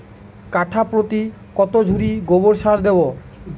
কাঠাপ্রতি কত ঝুড়ি গোবর সার দেবো?